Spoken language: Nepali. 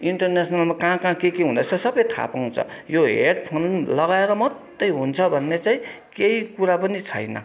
इन्टरनेसनलमा कहाँ कहाँ के के हुँदैछ सबै थाहा पाउँछ यो हेड फोन लगाएर मात्रै हुन्छ भन्ने चाहिँ केही कुरा पनि छैन